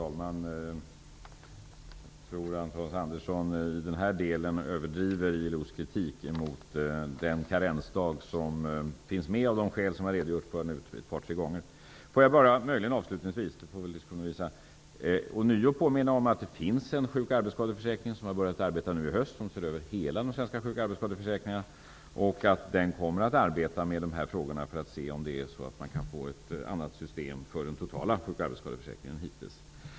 Fru talman! Jag tror att Hans Andersson i denna del överdriver ILO:s kritik emot den karensdag som, av de skäl som jag har redogjort för ett par tre gånger, finns med. Får jag ånyo påminna om att det finns en sjuk och arbetsskadeförsäkringskommitté som har börjat sitt arbete i höst och som skall se över hela de svenska sjuk och arbetssakdeförsäkringarna. Den kommer att arbeta med dessa frågor för att se om man kan få till stånd ett annat system för den totala sjuk och arbetsskadeförsäkringen.